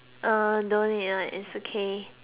uh don't need lah it's okay